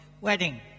wedding